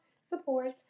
support